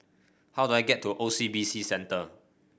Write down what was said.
how do I get to O C B C Centre